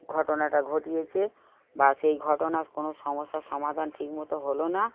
ঘটনাটা ঘটিয়েছে বা সেই ঘটনার কোনো সমস্যার সমাধান ঠিক মতো হলো না